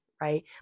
right